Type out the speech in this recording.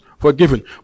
Forgiven